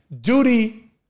Duty